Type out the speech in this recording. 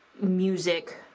music